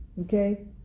okay